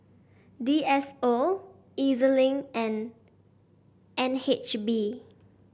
D S O E Z Link and N H B